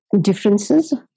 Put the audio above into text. differences